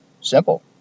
Simple